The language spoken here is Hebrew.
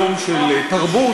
יום של תרבות,